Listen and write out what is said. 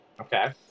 Okay